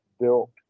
Built